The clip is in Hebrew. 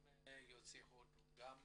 גם יוצאי הודו, גם